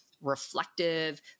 reflective